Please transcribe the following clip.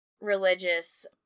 religious